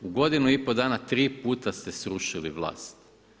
U godinu i pol dana tri puta ste srušili vlast.